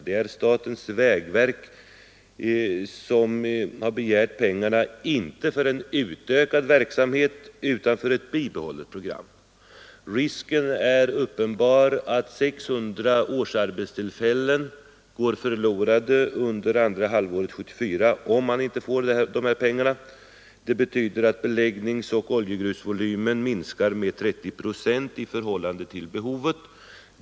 Det är statens vägverk som har begärt pengarna — inte för en utökad verksamhet utan för ett bibehållet program. Risken är uppenbar att 600 årsarbetstillfällen går förlorade under andra halvåret 1974, om verket inte får dessa pengar. Det betyder att beläggningsoch oljegrusvolymen minskar med 30 procent i förhållande till behovet.